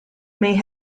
may